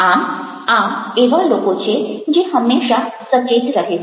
આમ આ એવા લોકો છે જે હંમેશાં સચેત રહે છે